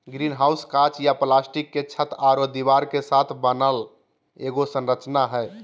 greenhouse काँच या plastic के छत आरो दीवार के साथ बनल एगो संरचना हइ